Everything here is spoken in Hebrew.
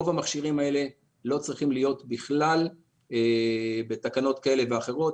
רוב המכשירים האלה לא צריכים להיות בכלל בתקנות כאלה ואחרות,